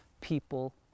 people